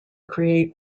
create